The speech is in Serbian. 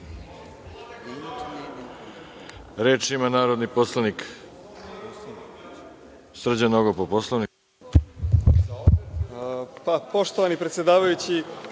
Reč ima narodni poslanik Srđan Nogo, po Poslovniku.